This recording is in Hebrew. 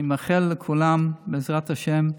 אני מאחל לכולם, בעזרת השם,